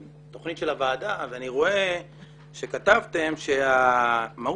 התכנית של הוועדה ואני רואה שכתבתם שמהות